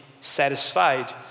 satisfied